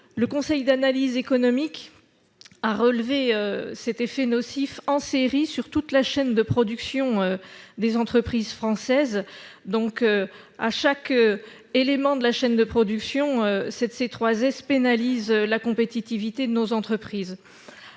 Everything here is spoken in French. Le Conseil d'analyse économique (CAE) a relevé cet effet nocif en série sur toute la chaîne de production des entreprises françaises : à chaque élément de la chaîne de production, la C3S pénalise la compétitivité de nos entreprises.